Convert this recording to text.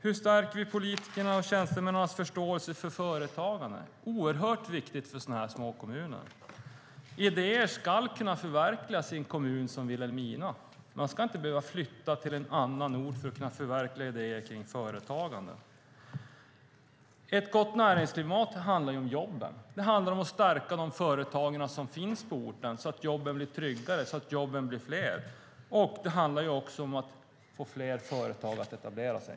Hur stärker vi politikernas och tjänstemännens förståelse för företagarna? Det är oerhört viktigt i sådana här små kommuner. Idéer ska kunna förverkligas i en kommun som Vilhelmina. Man ska inte behöva flytta till en annan ort för att kunna förverkliga idéer om företagande. Ett gott näringslivsklimat handlar om jobben. Det handlar om att stärka de företag som finns på orten så att jobben blir tryggare och fler. Det handlar också om att få fler företag att etablera sig.